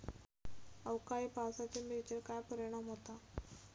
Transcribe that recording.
अवकाळी पावसाचे मिरचेर काय परिणाम होता?